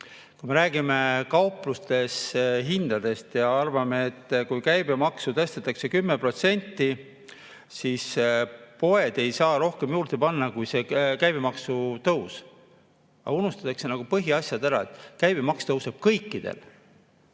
Me räägime kaupluste hindadest ja arvame, et kui käibemaksu tõstetakse 10%, siis poed ei saa rohkem juurde panna kui käibemaksutõusu võrra. Aga unustatakse põhiasi ära: käibemaks tõuseb kõikidel,